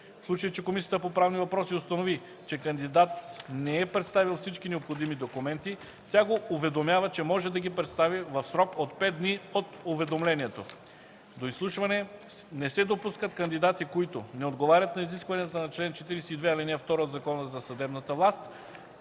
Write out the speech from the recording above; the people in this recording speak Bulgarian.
случай че Комисията по правни въпроси установи, че кандидат не е представил всички необходими документи, тя го уведомява, че може да ги представи в срок от 5 дни от уведомлението. До изслушване не се допускат кандидати, които: - не отговарят на изискванията на чл. 42, ал. 2 от Закона за съдебната власт;